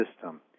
system